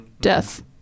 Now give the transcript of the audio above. Death